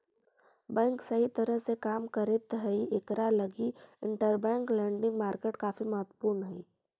bank सही तरह से काम करैत हई इकरा लगी इंटरबैंक लेंडिंग मार्केट काफी महत्वपूर्ण हई